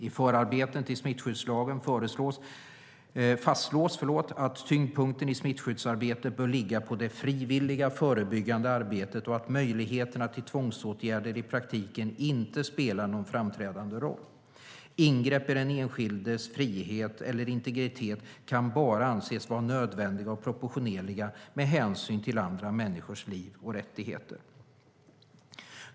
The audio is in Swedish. I förarbeten till smittskyddslagen fastslås att tyngdpunkten i smittskyddsarbetet bör ligga på det frivilliga förebyggande arbetet och att möjligheterna till tvångsåtgärder i praktiken inte spelar någon framträdande roll. Ingrepp i den enskildes frihet eller integritet kan bara anses vara nödvändiga och proportionerliga med hänsyn till andra människors liv och rättigheter.